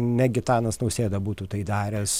ne gitanas nausėda būtų tai daręs